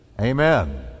Amen